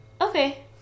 Okay